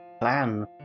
plan